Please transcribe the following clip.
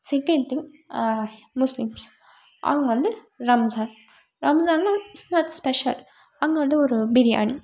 second thing Muslims அவங்க வந்து ரம்ஸான் ரம்ஸான்லாம் இஸ்லாத் ஸ்பெஷல் அங்கே வந்து ஒரு பிரியாணி